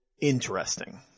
Interesting